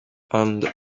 and